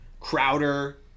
Crowder